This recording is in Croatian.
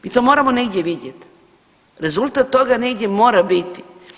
Mi to moramo negdje vidjet, rezultat toga negdje mora biti.